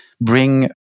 bring